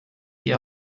die